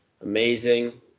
amazing